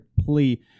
plea